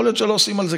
האוצר.